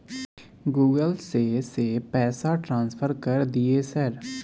Google से से पैसा ट्रांसफर कर दिय सर?